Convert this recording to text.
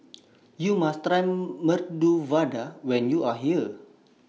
YOU must Try Medu Vada when YOU Are here